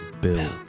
Bill